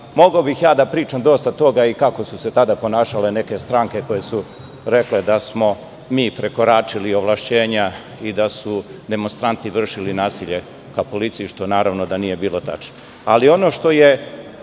bih da pričam dosta toga, kako su se tada ponašale neke stranke koje su rekle da smo mi prekoračili ovlašćenja i da su demonstranti vršili nasilje nad policijom, što nije bilo tačno. Ono